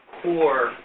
core